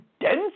dense